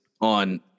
on